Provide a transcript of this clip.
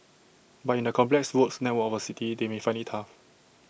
but in the complex road network of A city they may find IT tough